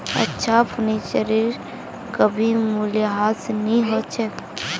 अच्छा फर्नीचरेर कभी मूल्यह्रास नी हो छेक